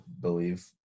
believe